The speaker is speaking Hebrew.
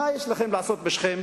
מה יש לכם לעשות בשכם?